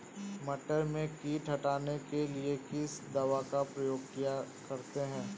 मटर में कीट हटाने के लिए किस दवा का प्रयोग करते हैं?